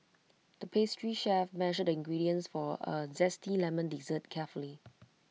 the pastry chef measured the ingredients for A Zesty Lemon Dessert carefully